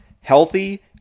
healthy